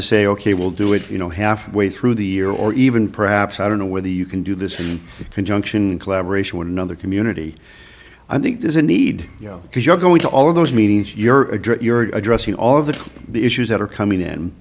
to say ok we'll do it you know halfway through the year or even perhaps i don't know whether you can do this in conjunction collaboration with another community i think there's a need you know if you're going to all of those meetings you're addressing all of the issues that are coming in